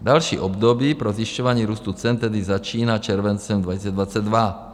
Další období pro zjišťování růstu cen tedy začíná červencem 2022.